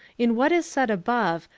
in what was said above,